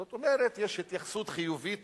זאת אומרת, יש התייחסות חיובית